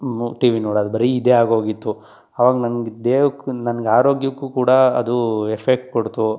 T V ನೋಡೋದು ಬರಿ ಇದೇ ಆಗೋಗಿತ್ತು ಆವಾಗ ನಂಗೆ ದೇಹಕ್ಕೂ ನನ್ಗೆ ಆರೋಗ್ಯಕ್ಕೂ ಕೂಡ ಅದು ಎಫೆಕ್ಟ್ ಕೊಡ್ತು